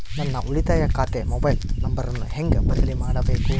ನನ್ನ ಉಳಿತಾಯ ಖಾತೆ ಮೊಬೈಲ್ ನಂಬರನ್ನು ಹೆಂಗ ಬದಲಿ ಮಾಡಬೇಕು?